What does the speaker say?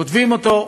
כותבים אותו,